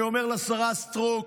אני אומר לשרה סטרוק: